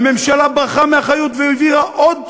הממשלה ברחה מאחריות, והעבירה עוד שנה,